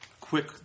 quick